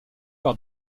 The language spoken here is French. par